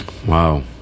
Wow